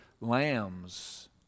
lambs